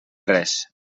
res